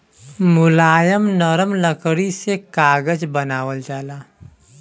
मुलायम नरम लकड़ी से कागज बनावल जाला